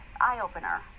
eye-opener